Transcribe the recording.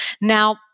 Now